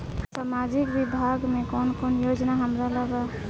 सामाजिक विभाग मे कौन कौन योजना हमरा ला बा?